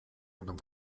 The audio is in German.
unterm